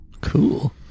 Cool